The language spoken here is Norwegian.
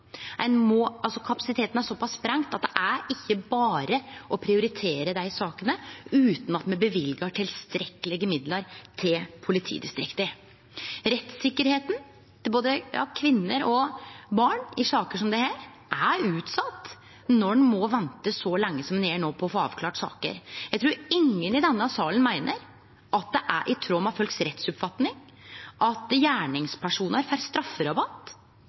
Kapasiteten er så sprengd at det ikkje berre er å prioritere dei sakene utan at me løyver tilstrekkeleg med midlar til politidistrikta. Rettstryggleiken til både kvinner og barn i saker som dette er utsett når ein må vente så lenge som ein no gjer på å få avklart saker. Eg trur ingen i denne salen meiner at det er i tråd med rettsoppfatninga til folk at gjerningspersonar får strafferabatt